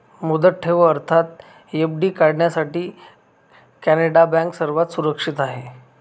मुदत ठेव अर्थात एफ.डी काढण्यासाठी कॅनडा बँक सर्वात सुरक्षित आहे